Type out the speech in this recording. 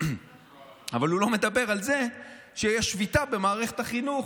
אבל הוא לא מדבר על זה שיש שביתה במערכת החינוך.